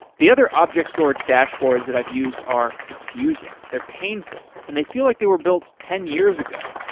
the other object storage dashboards that i've used are confusing, they're painful, and they feel like they were built ten years ago.